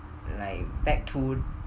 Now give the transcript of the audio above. like back to